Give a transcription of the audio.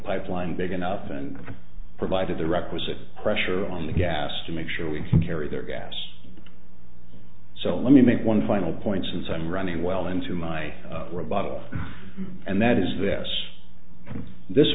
pipeline big enough and provided the requisite pressure on the gas to make sure we can carry their gas so let me make one final point since i'm running well into my or above and that is this this